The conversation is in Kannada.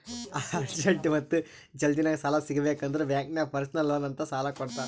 ಅರ್ಜೆಂಟ್ ಮತ್ತ ಜಲ್ದಿನಾಗ್ ಸಾಲ ಸಿಗಬೇಕ್ ಅಂದುರ್ ಬ್ಯಾಂಕ್ ನಾಗ್ ಪರ್ಸನಲ್ ಲೋನ್ ಅಂತ್ ಸಾಲಾ ಕೊಡ್ತಾರ್